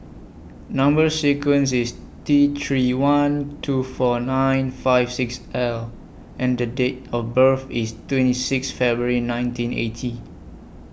Number sequence IS T three one two four nine five six L and The Date of birth IS twenty six February nineteen eighty